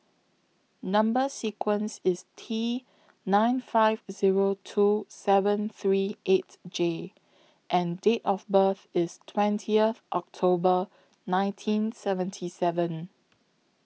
Number sequence IS T nine five Zero two seven three eight J and Date of birth IS twentieth October nineteen seventy seven